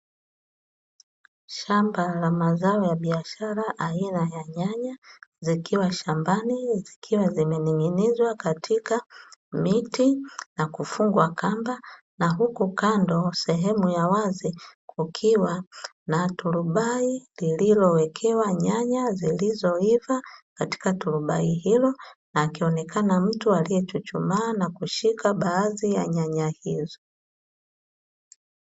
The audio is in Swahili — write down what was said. Shamba la mazao ya biashara aina ya nyanya zikiwa shambani zikiwazimeninginizwa katika miti na kufungwa kamba na huku kando sehemu ya wazi, kukiwa na turubai lililowekewa nyanya zilizo iva katika turubai hili na akionekana mtu aliyechuchumaa na kushika baadhi ya nyanya hizi.